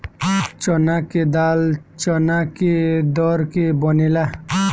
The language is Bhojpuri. चना के दाल चना के दर के बनेला